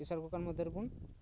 ᱯᱮᱥᱟᱨ ᱠᱩᱠᱟᱨ ᱢᱚᱫᱽᱫᱷᱮ ᱨᱮᱵᱚᱱ